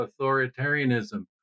authoritarianism